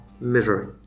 measuring